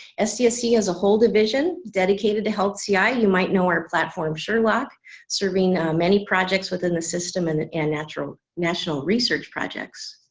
sdsc has a whole division dedicated to health ci ah you might know our platform sherlock serving many projects within the system and and national research projects